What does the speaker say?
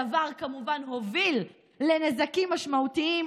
הדבר כמובן הוביל לנזקים משמעותיים,